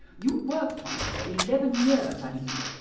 you worked on it for eleven years, i believe?